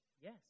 Yes